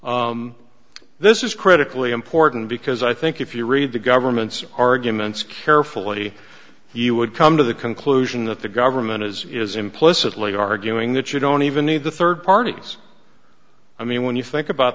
parties this is critically important because i think if you read the government's arguments carefully you would come to the conclusion that the government is implicitly arguing that you don't even need the third parties i mean when you think about